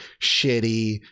shitty